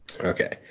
Okay